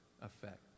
Effect